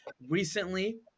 recently